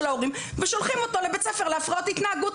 ושולחים אותו לבית ספר להפרעות התנהגות,